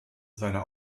seine